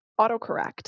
autocorrect